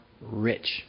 rich